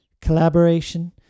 collaboration